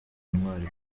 intwari